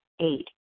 Eight